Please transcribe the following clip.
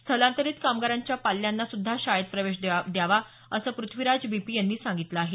स्थलांतरीत कामगारांच्या पाल्यांना सुद्धा शाळेत प्रवेश द्यावा असं पृथ्वीराज बी पी यांनी सांगितलं आहे